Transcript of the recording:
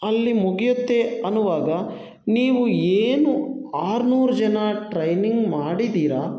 ಅಲ್ಲಿ ಮುಗಿಯುತ್ತೆ ಅನ್ನುವಾಗ ನೀವು ಏನು ಆರ್ನೂರು ಜನ ಟ್ರೈನಿಂಗ್ ಮಾಡಿದ್ದೀರ